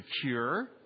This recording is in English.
secure